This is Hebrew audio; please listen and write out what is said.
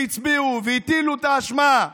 והצביעו, והטילו את האשמה.